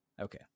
Okay